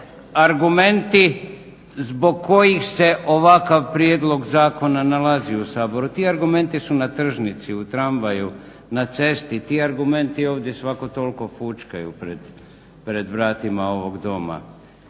argumenti zbog kojih se ovakav prijedlog zakona nalazi u Saboru. Ti argumenti su na tržnici, u tramvaju, na cesti, ti argumenti ovdje svako toliko fućkaju pred vratima ovog Doma.